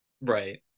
Right